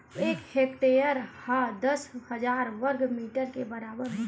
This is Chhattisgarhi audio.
एक हेक्टेअर हा दस हजार वर्ग मीटर के बराबर होथे